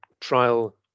trial